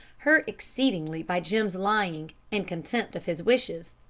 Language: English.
hurt exceedingly by jim's lying and contempt of his wishes,